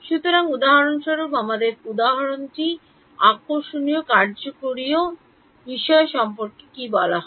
সুতরাং উদাহরণস্বরূপ আমাদের উপাদানটি কার্যকারণীয় বিষয় সম্পর্কে কী বলা যায়